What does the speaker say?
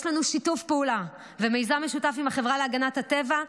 יש לנו שיתוף פעולה ומיזם משותף עם החברה להגנת הטבע,